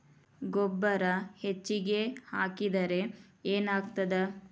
ಗೊಬ್ಬರ ಹೆಚ್ಚಿಗೆ ಹಾಕಿದರೆ ಏನಾಗ್ತದ?